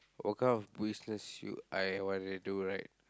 what kind of business you I wanna do right